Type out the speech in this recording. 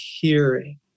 hearing